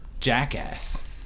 Jackass